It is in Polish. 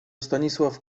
stanisław